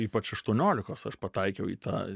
ypač aštuoniolikos aš pataikiau į tą